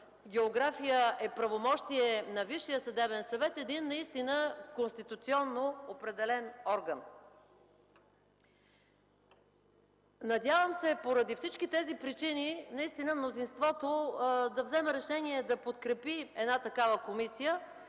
география е правомощие на Висшия съдебен съвет – един наистина конституционно определен орган. Надявам се, че поради всички тези причини мнозинството ще вземе решение да подкрепи една такава комисия,